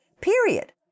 period